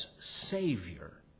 Savior